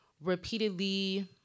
repeatedly